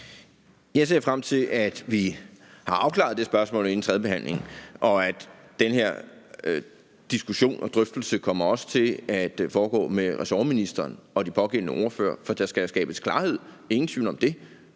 Jeg ser frem til, at vi har afklaret det spørgsmål inden tredjebehandlingen. Den her diskussion og drøftelse kommer også til at foregå med ressortministeren og de pågældende ordførere, for der skal jo skabes klarhed, ingen tvivl om det.